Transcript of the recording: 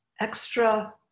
extra